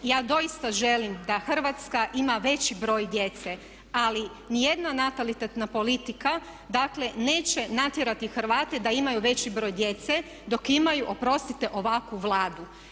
Ja doista želim da Hrvatska ima veći broj djece ali niti jedna natalitetna politika dakle neće natjerati Hrvate da imaju veći broj djece dok imaju oprostite ovakvu Vladu.